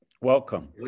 Welcome